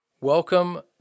Welcome